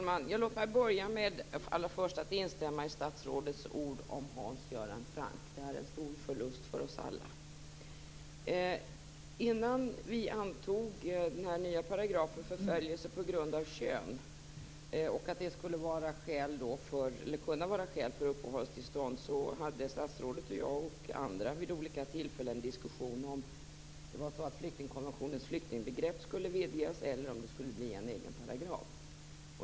Herr talman! Låt mig börja med att instämma i statsrådets ord om Hans Göran Franck. Det är en stor förlust för oss alla. Innan vi antog den nya paragrafen och bestämde att förföljelse på grund av kön skulle kunna vara skäl för uppehållstillstånd hade statsrådet, jag och andra vid olika tillfällen diskussioner om huruvida flyktingkommissionens flyktingbegrepp skulle vidgas eller om det skulle få en egen paragraf.